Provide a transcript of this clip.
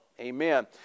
amen